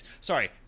Sorry